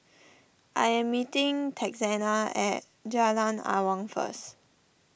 I am meeting Texanna at Jalan Awang first